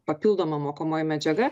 papildoma mokomoji medžiaga